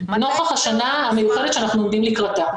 נוכח השנה המיוחדת שאנחנו עומדים לקראתה.